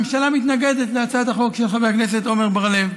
הממשלה מתנגדת להצעת החוק של חבר הכנסת עמר בר-לב.